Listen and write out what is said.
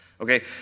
Okay